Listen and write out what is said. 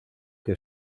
que